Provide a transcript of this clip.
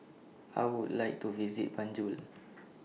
I Would like to visit Banjul